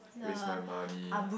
waste my money